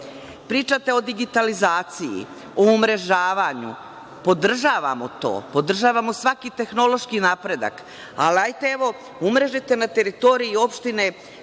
desi. Pričate o digitalizaciji, o umrežavanju, podržavamo to, podržavamo svaki tehnološki napredak. Ali, umrežiti na teritoriji opštine sve